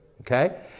Okay